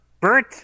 Bert